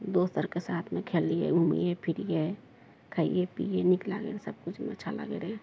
दोस्त अरके साथमे खेललियै घुमियै फिरियै खाइए पिबियै नीक लागय रहय सभ किछुमे अच्छा लागय रहय